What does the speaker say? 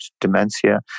dementia